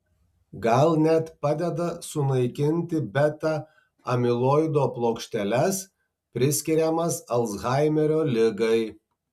gal net padeda sunaikinti beta amiloido plokšteles priskiriamas alzhaimerio ligai